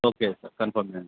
okay sir confirm చేయండి